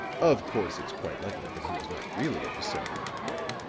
of course, it's quite likely that he was not really a descendant of wayne.